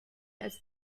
als